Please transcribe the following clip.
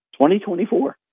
2024